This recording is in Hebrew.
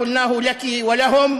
ולכן,